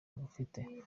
rufite